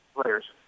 players